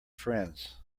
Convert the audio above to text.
friends